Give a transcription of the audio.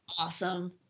awesome